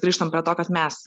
grįžtam prie to kad mes